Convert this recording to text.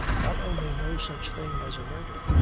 not only no such thing as a murder,